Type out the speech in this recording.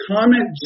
Comment